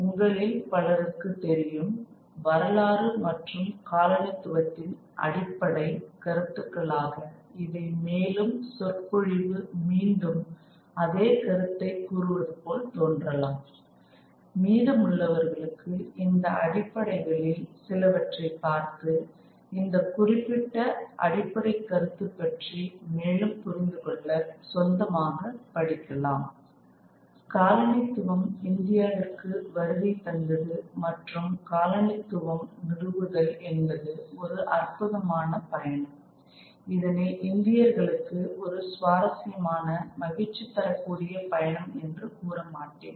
உங்களில் பலருக்கு தெரியும் வரலாறு மற்றும் காலனித்துவத்தின் அடிப்படை கருத்துக்களாக இவை மேலும் சொற்பொழிவு மீண்டும் அதே கருத்தைக் கூறுவது போல் தோன்றலாம் மீதமுள்ளவர்களுக்கு இந்த அடிப்படைகளில் சிலவற்றைப் பார்த்து இந்த குறிப்பிட்ட அடிப்படைக்கருத்தை பற்றி மேலும் புரிந்துகொள்ள சொந்தமாகப் படிக்கலாம் காலனித்துவம் இந்தியாவிற்கு வருகை தந்தது மற்றும் காலனித்துவம் நிறுவுதல் என்பது ஒரு அற்புதமான பயணம் இதனை இந்தியர்களுக்கு ஒரு சுவாரஸ்யமான மகிழ்ச்சி தரக்கூடிய பயணம் என்று கூறமாட்டேன்